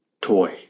toy